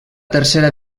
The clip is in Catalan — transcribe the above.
tercera